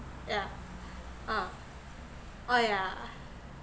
yeah uh oh yeah